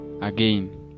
again